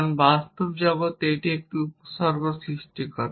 কারণ বাস্তব জগতে এটি একটি উপসর্গ সৃষ্টি করে